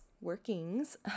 workings